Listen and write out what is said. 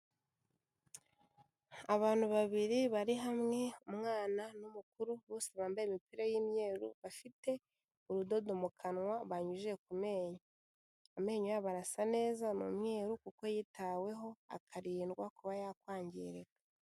Abantu babiri bari hamwe, umwana n'umukuru, bose bambaye imipira y'imyeru, bafite urudodo mu kanwa banyujije ku menyo. Amenyo yabo arasa neza, ni umweru ,kuko yitaweho akarindwa kuba yakwangirika.